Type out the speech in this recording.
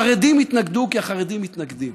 החרדים התנגדו כי החרדים מתנגדים,